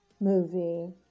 movie